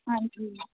ਹਾਂਜੀ